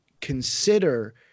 consider